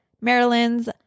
Maryland's